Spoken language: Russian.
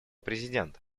президента